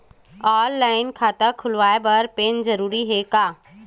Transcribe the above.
Online खाता खुलवाय बर पैन जरूरी हे का?